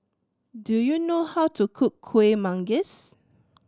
do you know how to cook Kueh Manggis